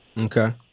okay